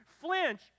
flinch